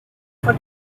for